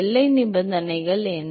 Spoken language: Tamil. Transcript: எல்லை நிபந்தனைகள் என்ன